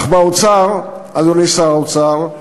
אך באוצר, אדוני שר האוצר,